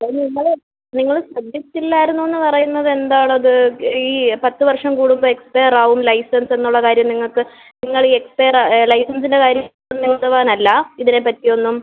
അത് നിങ്ങൾ നിങ്ങൾ ശ്രദ്ധിച്ചില്ലായിരുന്നു എന്ന് പറയുന്നത് എന്താണ് അത് ഈ പത്ത് വർഷം കൂടുമ്പോൾ എക്സ്പെയർ ആകും ലൈസൻസ് എന്ന് ഉള്ള കാര്യം നിങ്ങൾക്ക് നിങ്ങൾ ഈ എക്സ്പെയർഡ് ആയ ലൈസൻസിൻ്റെ കാര്യം ബോധവാൻ അല്ല ഇതിനെ പറ്റി ഒന്നും